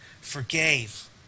forgave